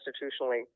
constitutionally